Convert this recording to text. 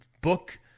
book